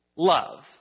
Love